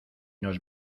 nos